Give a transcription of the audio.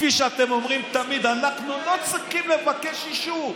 כפי שאתם אומרים תמיד: אנחנו לא צריכים לבקש אישור.